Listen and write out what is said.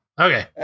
Okay